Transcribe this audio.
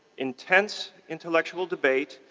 intense intellectual debate,